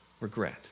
regret